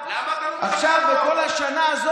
רצית לאחד שנתיים,